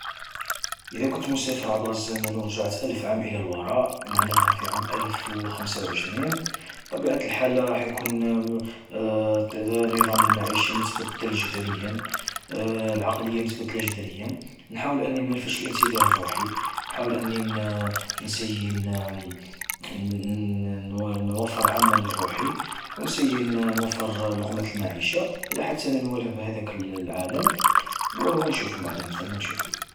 إذا كنت مسافر عبر الزمن ورجعت ألف عام إلى الوراء، معناها في عام ألف وخمسة وعشرين. طبيعة الحال راح يكون نظام المعيشة متبدل جذريا، العقلية متبدلة جذريا. نحاول أني مانلفتش الانتباه لروحي، نحاول أني نسيّي ن-نوّفر عمل لروحي، ونسيّي نوفّر لقمة المعيشة، لحتى نوالف بهذاك العالم، ونشوف مبعد من ثما نشوفو.